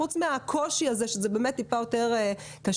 חוץ מהקושי הזה שזה באמת טיפה יותר קשה,